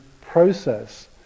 process